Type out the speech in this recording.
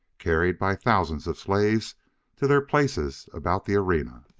carried by thousands of slaves to their places about the arena.